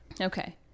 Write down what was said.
Okay